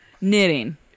Knitting